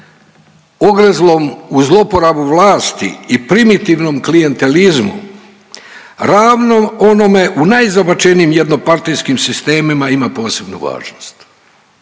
ogrezlom u zlouporabi vlasti i primitivnom klijentelizmu ravnom onome u najzabačenijim jednopartijskim sistemima ima posebnu važnost.